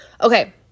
Okay